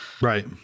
Right